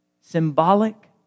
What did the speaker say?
symbolic